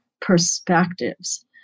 perspectives